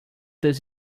does